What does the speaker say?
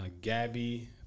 Gabby